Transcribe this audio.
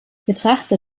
betrachter